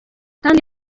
kandi